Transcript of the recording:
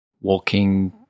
walking